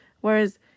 whereas